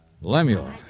Lemuel